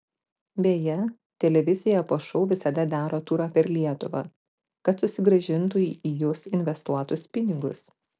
beje televizija po šou visada daro turą per lietuvą kad susigrąžintų į jus investuotus pinigus